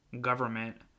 government